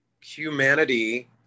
humanity